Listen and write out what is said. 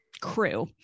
crew